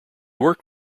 worked